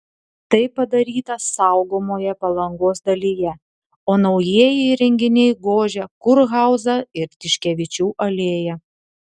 tai padaryta saugomoje palangos dalyje o naujieji įrenginiai gožia kurhauzą ir tiškevičių alėją